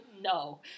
No